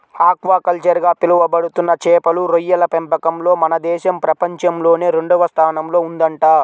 aquaculture గా పిలవబడుతున్న చేపలు, రొయ్యల పెంపకంలో మన దేశం ప్రపంచంలోనే రెండవ స్థానంలో ఉందంట